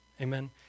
Amen